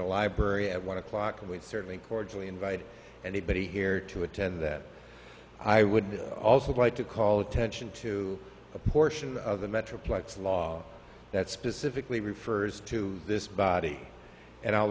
a library at one o'clock and we'd certainly cordially invite anybody here to attend that i would also like to call attention to a portion of the metroplex law that specifically refers to this body and i'll